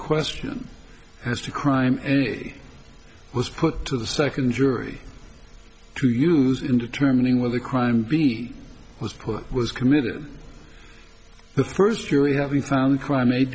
question as to crime was put to the second jury to use in determining where the crime was put was committed in the first year we haven't found the crime